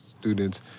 students